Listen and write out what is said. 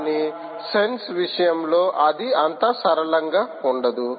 కానీ సెన్స్ విషయంలో అది అంత సరళంగా ఉండదు